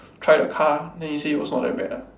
try the car then he say it was not that bad ah